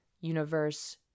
Universe